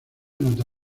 nota